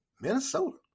Minnesota